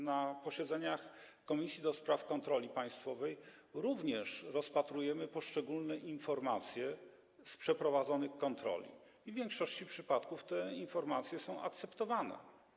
Na posiedzeniach Komisji do Spraw Kontroli Państwowej również rozpatrujemy poszczególne informacje z przeprowadzonych kontroli i w większości przypadków te informacje są akceptowane.